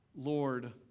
Lord